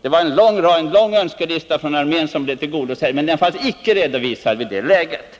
Det var en lång önskelista från armén som blev tillgodosedd, men den fanns icke redovisad i det läget.